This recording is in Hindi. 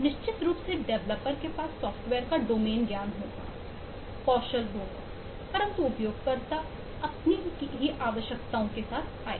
निश्चित रूप से डेवलपर के पास सॉफ्टवेयर का डोमेन ज्ञान होगा कौशल होगा परंतु उपयोगकर्ता अपने की आवश्यकताओं के साथ आएगा